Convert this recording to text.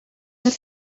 that